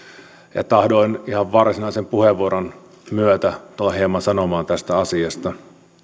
ja tahdoin ihan varsinaisen puheenvuoron myötä tulla hieman sanomaan tästä asiasta